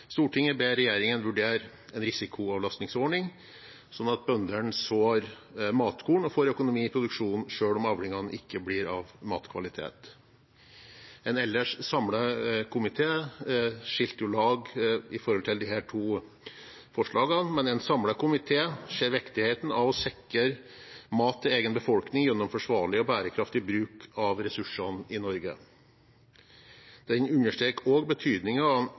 Stortinget ber regjeringen vurdere en risikoavlastningsordning slik at bøndene sår matkorn og får økonomi i produksjonen selv om avlingene ikke blir av matkvalitet. En ellers samlet komité skilte jo lag i disse to forslagene, men en samlet komité ser viktigheten av å sikre mat til egen befolkning gjennom forsvarlig og bærekraftig bruk av ressursene i Norge. Den understreker også betydningen av